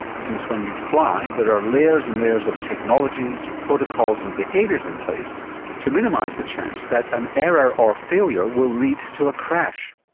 since when you fly there are layers and layers of technologies, protocols and behaviours in place to minimise the chance that an error or failure will lead to a crash.